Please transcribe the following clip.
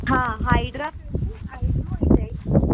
हा hydra facial eyebrow ऐं wax